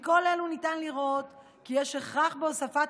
מכל אלו ניתן לראות כי יש הכרח בהוספת